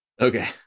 Okay